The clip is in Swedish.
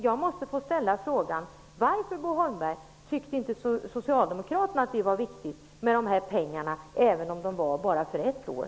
Jag måste få ställa frågan: Varför, Bo Holmberg, tyckte inte Socialdemokraterna att det var viktigt med pengarna, även om de bara var tänkta för ett år?